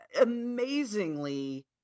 amazingly